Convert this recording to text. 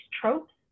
tropes